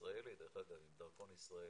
הוא ישראל, דרך אגב, עם דרכון ישראלי.